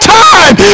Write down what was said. time